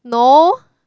no